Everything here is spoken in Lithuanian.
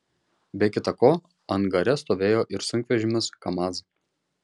be kita ko angare stovėjo ir sunkvežimis kamaz